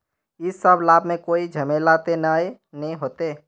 इ सब लाभ में कोई झमेला ते नय ने होते?